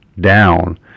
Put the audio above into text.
down